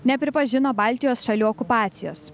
nepripažino baltijos šalių okupacijos